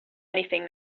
anything